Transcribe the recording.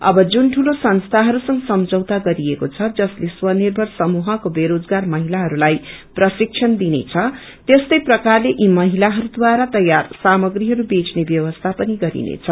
अब जुन दूलो संसीहरूंसग सम्झोता गरिएको छ जसले स्वर्निथर समूहके बेरोजगार महिलाहरूलाई प्रतिशक्षण दिनेछ त्यस्तै प्रकारले यी महिलाहरूद्वारा तयार सामग्रीहरू बेच्ने व्यवसी पनि गरिनेछ